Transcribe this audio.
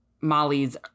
molly's